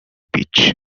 pitch